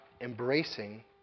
embracing